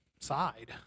side